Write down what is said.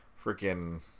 freaking